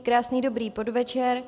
Krásný dobrý podvečer.